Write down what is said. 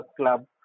club